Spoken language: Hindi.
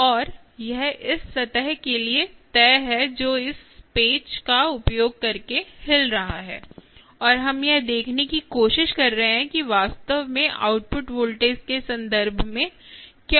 और यह इस सतह के लिए तय है जो इस पेंच का उपयोग करके हिल रहा है और हम यह देखने की कोशिश कर रहे हैं कि वास्तव में आउटपुट वोल्टेज के संदर्भ में क्या होता है